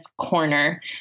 corner